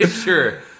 sure